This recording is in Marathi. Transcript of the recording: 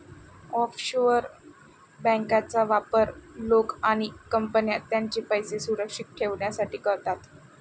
ऑफशोअर बँकांचा वापर लोक आणि कंपन्या त्यांचे पैसे सुरक्षित ठेवण्यासाठी करतात